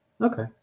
okay